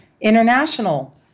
international